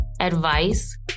advice